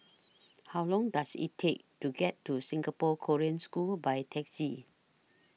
How Long Does IT Take to get to Singapore Korean School By Taxi